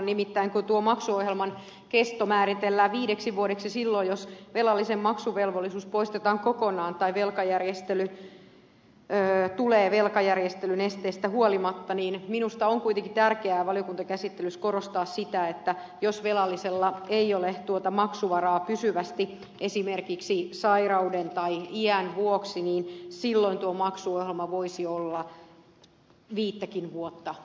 nimittäin kun tuo maksuohjelman kesto määritellään viideksi vuodeksi silloin jos velallisen maksuvelvollisuus poistetaan kokonaan tai velkajärjestely tulee velkajärjestelyn esteestä huolimatta niin minusta on kuitenkin tärkeää valiokuntakäsittelyssä korostaa sitä että jos velallisella ei ole tuota maksuvaraa pysyvästi esimerkiksi sairauden tai iän vuoksi niin silloin tuo maksuohjelma voisi olla viittäkin vuotta lyhyempi